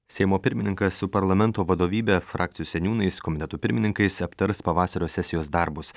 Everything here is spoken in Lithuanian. seimo pirmininkas su parlamento vadovybe frakcijų seniūnais komitetų pirmininkais aptars pavasario sesijos darbus